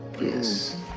Yes